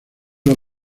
los